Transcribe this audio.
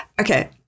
Okay